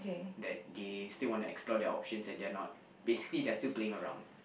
that they still want to explore their options and they're not basically they are still playing around